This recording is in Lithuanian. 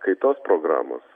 kaitos programos